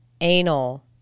Anal